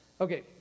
Okay